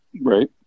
Right